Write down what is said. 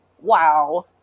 Wow